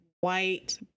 white